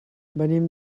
venim